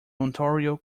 ontario